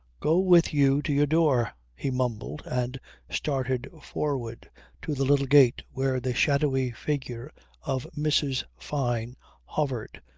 go with you to your door, he mumbled and started forward to the little gate where the shadowy figure of mrs. fyne hovered,